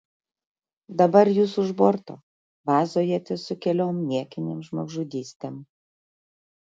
dabar jūs už borto vazojatės su keliom niekinėm žmogžudystėm